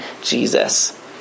Jesus